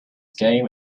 came